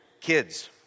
kids